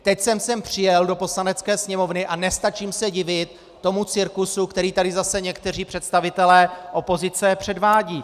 Teď jsem sem přijel do Poslanecké sněmovny a nestačím se divit tomu cirkusu, který tady zase někteří představitelé opozice předvádějí.